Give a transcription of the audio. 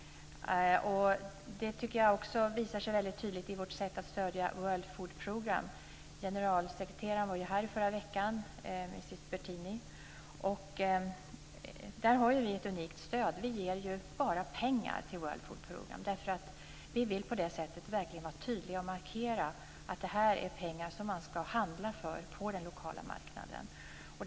Det tycker jag också visar sig väldigt tydligt i vårt sätt att stödja World Food Programme. Generalsekreteraren var här i förra veckan, mrs Pertini. Där har vi ett unikt stöd. Vi ger bara pengar till programmet därför vi på det sättet verkligen vill vara tydliga och markera att det här är pengar som man ska handla för på den lokala marknaden.